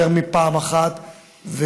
יותר מפעם אחת,